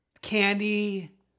Candy